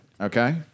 okay